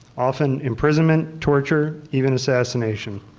often imprisonment, torture, even assassination.